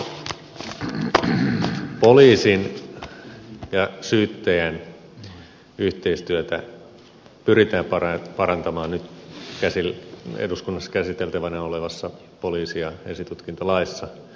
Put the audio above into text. poliisin ja syyttäjän yhteistyötä pyritään parantamaan nyt eduskunnassa käsiteltävänä olevassa poliisi ja esitutkintalaissa